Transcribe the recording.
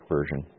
Version